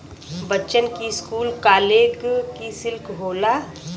बच्चन की school college की सिल्क होला